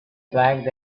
flagged